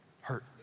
hurt